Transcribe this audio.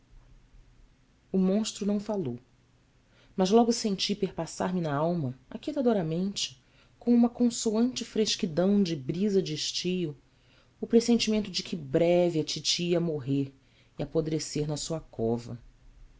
o monstro não falou mas logo senti perpassar me na alma aquietadoramente com uma consolante fresquidão de brisa de estio o pressentimento de que breve a titi ia morrer e apodrecer na sua cova